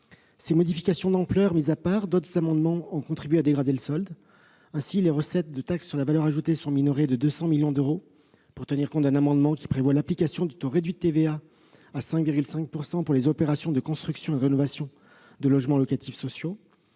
Ces modifications d'ampleur mises à part, d'autres amendements ont contribué à dégrader le solde. Ainsi, les recettes de taxe sur la valeur ajoutée sont minorées de 200 millions d'euros, pour tenir compte de l'adoption d'un amendement qui prévoit l'application du taux réduit de TVA à 5,5 % pour les opérations de construction et de rénovation de logements locatifs sociaux.